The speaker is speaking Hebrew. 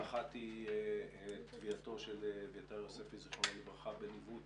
האחת היא טביעתו של אביתר יוספי זיכרונו לברכה בניווט